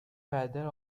feather